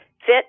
fit